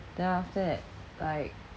then after that like